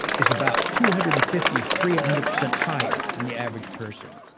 is about two hundred and fifty to three hundred percent higher than the average person.